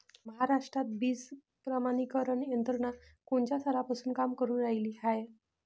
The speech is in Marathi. महाराष्ट्रात बीज प्रमानीकरण यंत्रना कोनच्या सालापासून काम करुन रायली हाये?